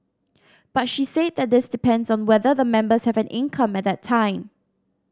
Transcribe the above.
but she said that this depends on whether the members have an income at that time